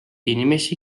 inimesi